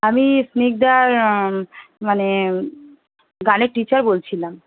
আমি স্নিগদার মানে গানের টিচার বলছিলাম